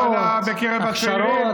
40% אבטלה בקרב הצעירים,